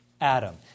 Adam